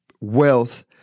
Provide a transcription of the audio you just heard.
wealth